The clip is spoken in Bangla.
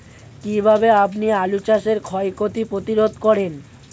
কীভাবে আপনি আলু চাষের ক্ষয় ক্ষতি প্রতিরোধ করেন?